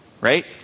right